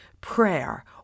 prayer